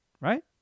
right